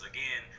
Again